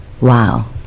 Wow